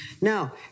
Now